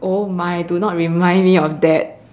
oh my do not remind me of that